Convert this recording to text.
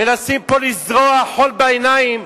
מנסים פה לזרות חול בעיניים,